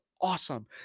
awesome